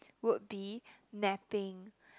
would be napping